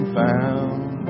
found